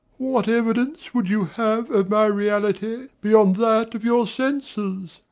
what evidence would you have of my reality beyond that of your senses?